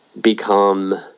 become